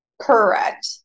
Correct